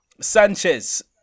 Sanchez